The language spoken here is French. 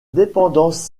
dépendance